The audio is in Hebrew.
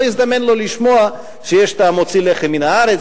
לא הזדמן לו לשמוע שיש "המוציא לחם מן הארץ",